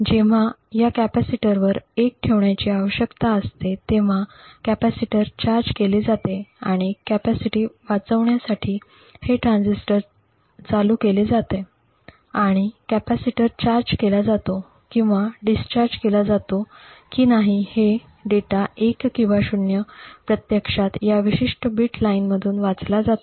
जेव्हा या कॅपेसिटरवर '1' ठेवण्याची आवश्यकता असते तेव्हा कॅपेसिटर चार्ज केले जाते आणि कॅपेसिटी वाचण्यासाठी हे ट्रान्झिस्टर चालू केले जाते आणि कॅपेसिटर चार्ज केला जातो किंवा डिस्चार्ज केला जातो की नाही हे डेटा '1' किंवा '0' प्रत्यक्षात या विशिष्ट बिट लाइनमधून वाचला जातो